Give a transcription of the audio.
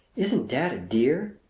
isn't dad a dear!